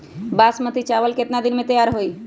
बासमती चावल केतना दिन में तयार होई?